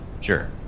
Sure